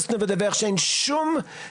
האקונומיסט מדבר על כך שאין שום עדות